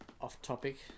off-topic